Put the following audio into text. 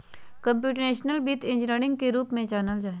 computational वित्त engineering के रूप में जानल जा हइ